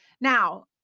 Now